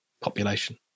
population